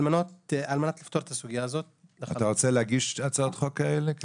על מנת לפתור את הסוגייה הזאת --- אתה רוצה להגיש הצעות חוק כאלה,